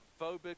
phobic